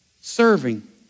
serving